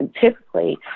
typically